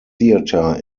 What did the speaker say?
theatre